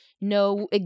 no